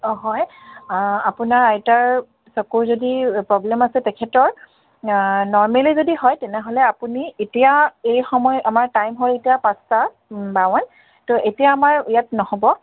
অঁ হয় আপোনাৰ আইতাৰ চকুৰ যদি প্ৰব্লেম আছে তেখেতৰ নৰ্মেলি যদি হয় তেনেহ'লে আপুনি এতিয়া এই সময় আমাৰ টাইম হয় এতিয়া পাঁচটা বাৱন্ন ত' এতিয়া আমাৰ ইয়াত নহ'ব